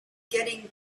getting